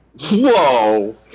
Whoa